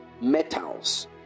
metals